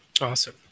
Awesome